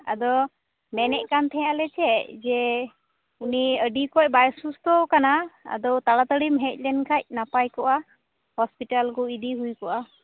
ᱟᱫᱚ ᱢᱮᱱᱮᱛ ᱠᱟᱱ ᱛᱟᱦᱮᱱᱟᱞᱮ ᱪᱮᱫ ᱡᱮ ᱩᱱᱤ ᱟᱹᱰᱤ ᱚᱠᱚᱡ ᱵᱟᱭ ᱥᱩᱥᱛᱷᱚᱣᱟᱠᱟᱱᱟ ᱟᱫᱚ ᱛᱟᱲᱟᱛᱟᱲᱤᱢ ᱦᱮᱡ ᱞᱮᱱᱠᱷᱟᱱ ᱱᱟᱯᱟᱭ ᱠᱚᱜᱼᱟ ᱦᱚᱸᱥᱯᱤᱴᱟᱞ ᱠᱚ ᱤᱫᱤ ᱦᱩᱭ ᱠᱚᱜᱼᱟ